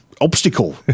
obstacle